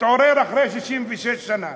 התעורר אחרי 66 שנה.